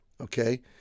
okay